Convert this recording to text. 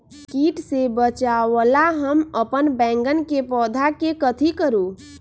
किट से बचावला हम अपन बैंगन के पौधा के कथी करू?